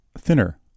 thinner